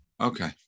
Okay